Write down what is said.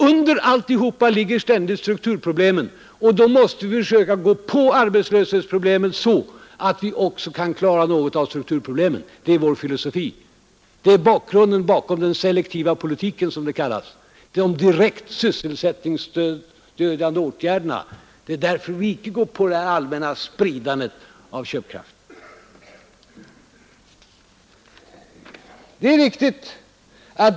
Under alltihop ligger ständigt strukturproblemen, och vi måste således försöka gripa oss an arbetslöshetsproblemen så att vi också kan klara något av strukturproblemen — det är något av vår filosofi. Det är bakgrunden till den selektiva politiken, som den kallas, dvs. de direkt sysselsättningsstödjande åtgärderna, och det är därför vi inte går in för det här allmänna spridandet av köpkraften.